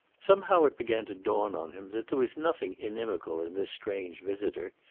somehow it began to dawn on him that there was nothing inimical in this strange visitor,